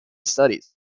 studies